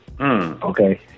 Okay